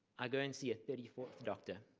i go and see a thirty fourth doctor,